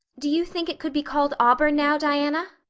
do you think it could be called auburn now, diana?